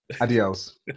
adios